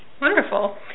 Wonderful